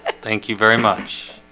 and thank you very much